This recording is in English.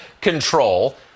control